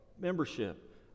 membership